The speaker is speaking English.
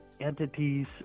entities